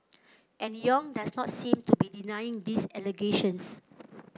and Yong does not seem to be denying these allegations